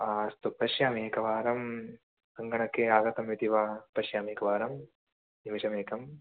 आ अस्तु पश्यामि एकवारं सङ्गणके आगतम् इति वा पश्यामि एकवारं निमेषमेकम्